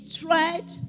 tried